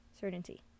certainty